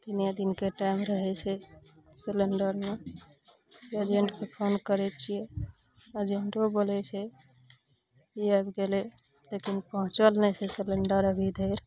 तिने दिनके टाइम रहै छै सिलिंडरमे एजेंटके फोन करय छियै एजेंटो बोलय छै ई आबि गेलय लेकिन पहुँचल नहि छै सिलिंडर अभी धरि